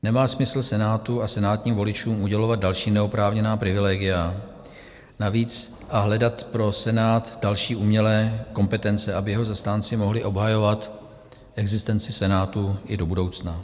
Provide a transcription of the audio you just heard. Nemá smysl Senátu a senátním voličům udělovat další neoprávněná privilegia a navíc hledat pro Senát další umělé kompetence, aby jeho zastánci mohli obhajovat existenci Senátu i do budoucna.